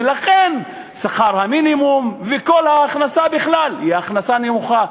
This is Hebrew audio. ולכן שכר המינימום וכל ההכנסה בכלל היא הכנסה נמוכה,